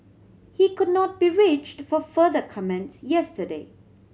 he could not be reached for further comments yesterday